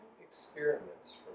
experiments